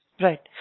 Right